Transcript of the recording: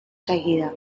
seguida